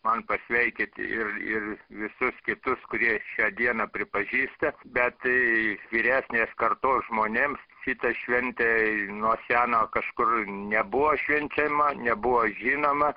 man pasveikyti ir ir visus kitus kurie šią dieną pripažįsta bet tai vyresnės kartos žmonėms šita šventė nuo seno kažkur nebuvo švenčiama nebuvo žinoma